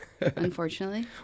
unfortunately